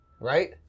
Right